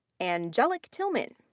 angelic tillman.